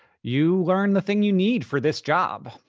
you learn the thing you need for this job.